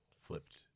flipped